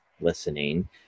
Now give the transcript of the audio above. listening